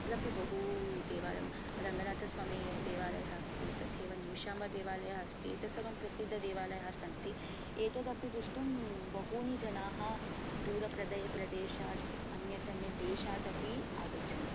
अत्रापि बहु देवालयं रङ्गनाथस्वामी देवालयः अस्ति तथैव निमिषाम्बा देवालयः अस्ति एतत् सर्वं प्रसिद्धदेवालयः सन्ति एतदपि द्रष्टुं बहूनि जनाः दूरप्रदय प्रदेशात् अन्यत् अन्यत् देशात् अपि आगच्छन्ति